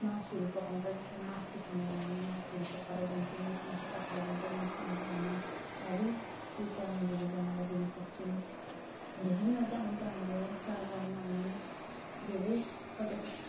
मासुहरू पकाउँछ जसलाई मासु खानेहरूलाई हामी मासुहरू पकाएर दिन्छौँ मिठो मिठो पकाएर दिन्छन् नखानेहरूलाई हामी अरू के पनिरहरू बनाएर दिनु सक्छौँ धेरै मजा आउँछ हाम्रो चाडबाडमा हामी धेरै प्र जे कस